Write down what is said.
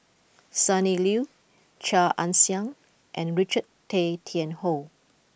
Sonny Liew Chia Ann Siang and Richard Tay Tian Hoe